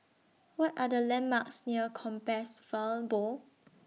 What Are The landmarks near Compassvale Bow